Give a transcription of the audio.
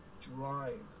drive